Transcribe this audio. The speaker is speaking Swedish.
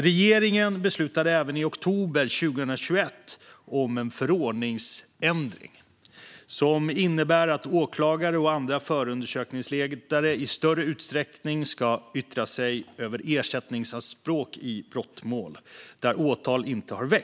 Regeringen beslutade även i oktober 2021 om en förordningsändring som innebär att åklagare och andra förundersökningsledare i större utsträckning ska yttra sig över ersättningsanspråk i brottmål där åtal inte har väckts.